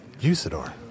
Usador